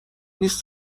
نیست